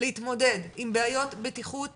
להתמודד עם בעיות בטיחות